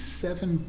seven